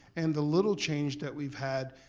and the little change that we've had,